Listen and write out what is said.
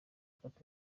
gato